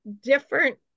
different